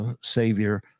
Savior